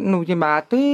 nauji metai